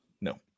No